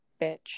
bitch